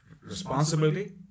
Responsibility